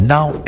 Now